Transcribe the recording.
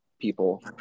people